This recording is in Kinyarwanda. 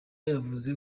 yavuze